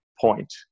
point